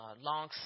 Long